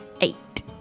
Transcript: Eight